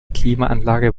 klimaanlage